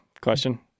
question